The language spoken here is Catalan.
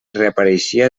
reapareixia